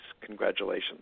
Congratulations